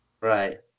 Right